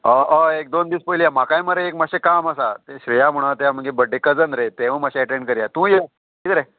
हय हय एक दोन दीस पयली या म्हाकाय मरे एक मात्शें काम आसा ते श्रेया म्हणो हा तें म्हाजें बड्डे कजन रे तेवूय मातशे अटॅंड करया तूंय यो किदे रे